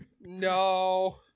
No